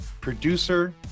producer